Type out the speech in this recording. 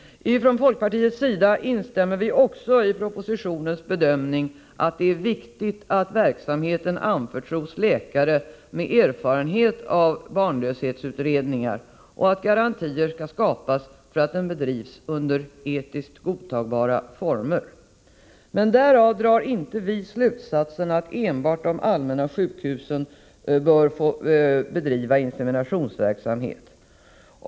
Från folkpartiets sida instämmer vi också i propositionens bedömning att det är viktigt att verksamheten anförtros läkare med erfarenhet av barnlöshetsutredningar och att garantier skapas för att den bedrivs under etiskt godtagbara former. Därav drar vi emellertid inte slutsatsen att enbart de allmänna sjukhusen bör få bedriva inseminationsverksamhet.